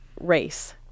race